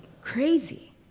crazy